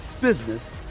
business